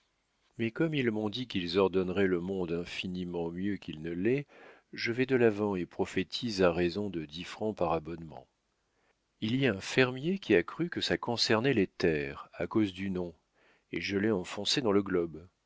mais comme ils m'ont dit qu'ils ordonneraient le monde infiniment mieux qu'il ne l'est je vais de l'avant et prophétise à raison de dix francs par abonnement il y a un fermier qui a cru que ça concernait les terres à cause du nom et je l'ai enfoncé dans le globe